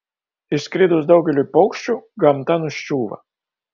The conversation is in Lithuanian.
išskridus daugeliui paukščių gamta nuščiūva